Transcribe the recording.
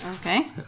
Okay